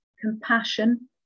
compassion